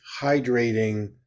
hydrating